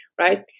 right